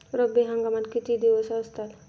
रब्बी हंगामात किती दिवस असतात?